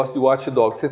ah the watchdog,